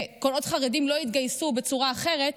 וכל עוד חרדים לא יתגייסו בצורה אחרת,